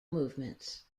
movements